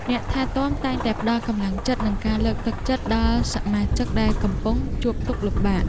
អ្នកថែទាំតែងតែផ្តល់កម្លាំងចិត្ត និងការលើកទឹកចិត្តដល់សមាជិកដែលកំពុងជួបទុក្ខលំបាក។